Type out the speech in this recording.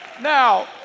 now